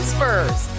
Spurs